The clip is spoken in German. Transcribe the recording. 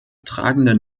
tragenden